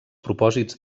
propòsits